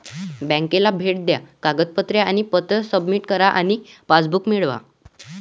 बँकेला भेट द्या कागदपत्रे आणि पत्रे सबमिट करा आणि पासबुक मिळवा